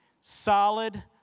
solid